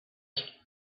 earth